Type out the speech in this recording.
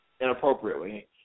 inappropriately